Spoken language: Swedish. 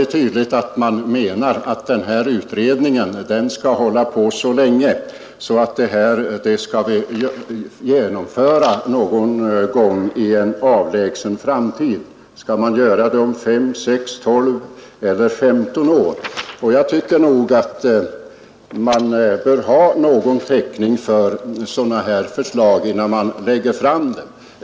Det är tydligt att man menar att utredningen skall hålla på så länge att förslagen skall genomföras någon gång i en avlägsen framtid. Skall man göra det om fem, sex, tolv eller femton år? Jag tycker att man bör ha någon täckning för sådana här förslag innan man lägger fram dem.